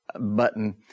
button